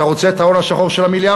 אתה רוצה את ההון השחור של המיליארדים?